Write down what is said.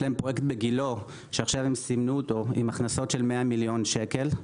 יש להם פרויקט בגילה שעכשיו הם סימנו אותו עם הכנסות של 100 מיליון שקל,